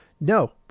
no